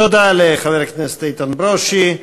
תודה לחבר הכנסת איתן ברושי.